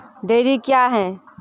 Dairy क्या हैं?